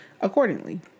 accordingly